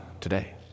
today